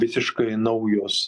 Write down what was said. visiškai naujos